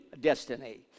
destiny